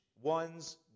one's